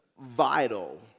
vital